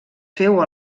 féu